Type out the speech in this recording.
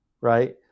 Right